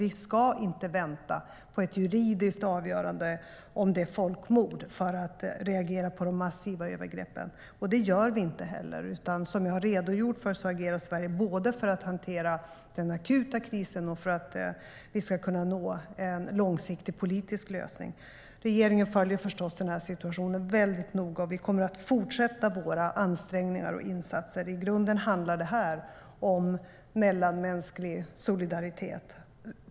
Vi ska inte vänta på ett juridiskt avgörande om det är folkmord innan vi reagerar på de massiva övergreppen. Det gör vi inte heller. Som jag har redogjort för agerar Sverige både för att hantera den akuta krisen och för att vi ska kunna nå en långsiktig politisk lösning. Regeringen följer förstås situationen väldigt noga, och vi kommer att fortsätta våra ansträngningar och insatser. I grunden handlar det här om mellanmänsklig solidaritet.